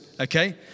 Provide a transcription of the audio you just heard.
okay